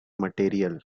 material